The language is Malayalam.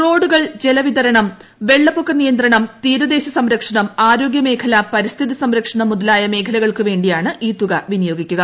റോഡുകൾ ജലവിതരണം വെള്ളപ്പൊക്ക നിയന്ത്രണം തീരദേശ സംരക്ഷണം ആരോഗൃമേഖല പരിസ്ഥിതി സംരക്ഷണം മുതലായ മേഖലകൾക്കു വേണ്ടിയാണ് ഈ തുക വിനിയോഗിക്കുക